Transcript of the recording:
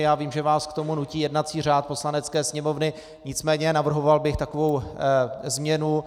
Já vím, že vás k tomu nutí jednací řád Poslanecké sněmovny, nicméně navrhoval bych takovou změnu.